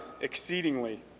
exceedingly